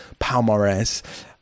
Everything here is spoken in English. Palmares